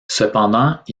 cependant